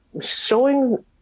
showing